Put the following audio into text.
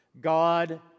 God